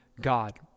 God